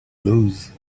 lose